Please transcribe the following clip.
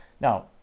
Now